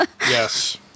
Yes